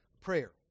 Prayer